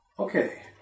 Okay